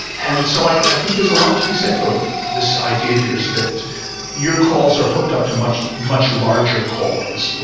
and so i think there's a lot to be said for this idea of yours that your calls are hooked up to much much larger callings.